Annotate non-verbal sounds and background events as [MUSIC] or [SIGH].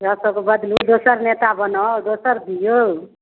[UNINTELLIGIBLE] बड़ दोसर नेता बनाओ दोसर दिऔ